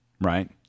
Right